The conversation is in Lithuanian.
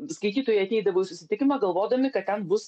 skaitytojai ateidavo į susitikimą galvodami kad ten bus